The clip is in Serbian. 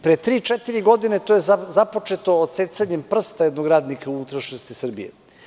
Pre tri-četiri godine to je započeto odsecanjem prsta jednog radnika u unutrašnjosti Srbije.